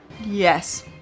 Yes